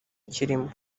kirimo